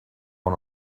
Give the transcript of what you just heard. one